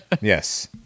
Yes